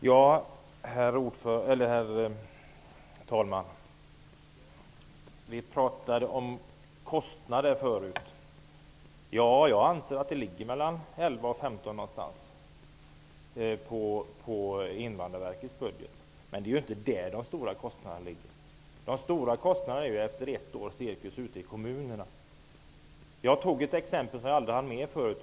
Herr talman! Vi pratade förut om kostnader. Jag anser att kostnaden i Invandrarverkets budget ligger på 11--15 miljarder. Men det är inte de stora kostnaderna. De stora kostnaderna kommer efter cirka ett år ute i kommunerna.